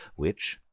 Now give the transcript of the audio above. which,